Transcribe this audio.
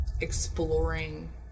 exploring